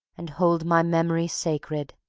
and hold my memory sacred.